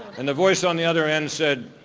and the voice on the other end said,